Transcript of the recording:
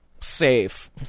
safe